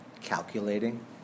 calculating